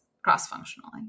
Cross-functionally